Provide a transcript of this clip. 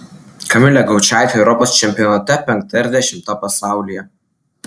kamilė gaučaitė europos čempionate penkta ir dešimta pasaulyje